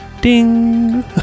ding